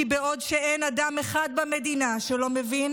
כי בעוד שאין אדם אחד במדינה שלא מבין